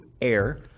air